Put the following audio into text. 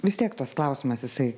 vis tiek tas klausimas jisai